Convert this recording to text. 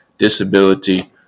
disability